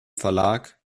verlag